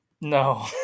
No